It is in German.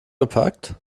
geparkt